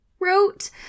wrote